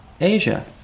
Asia